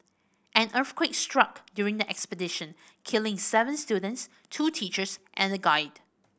an earthquake struck during the expedition killing seven students two teachers and a guide